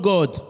God